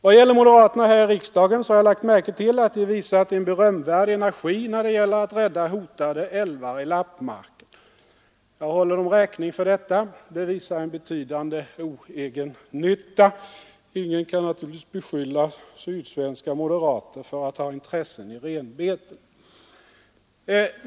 Vad gäller moderaterna här i riksdagen har jag lagt märke till att de visat en berömvärd energi när det gällt att rädda hotade älvar i Lappmarken. Jag håller dem räkning för detta, det visar en betydande oegennytta. Ingen kan naturligtvis beskylla sydsvenska moderater för att ha intressen i norrländska renbeten.